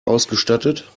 ausgestattet